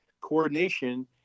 coordination